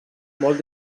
molt